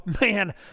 man